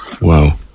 Wow